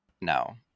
No